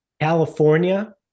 California